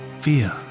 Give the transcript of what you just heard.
fear